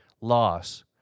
loss